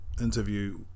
interview